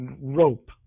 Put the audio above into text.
Rope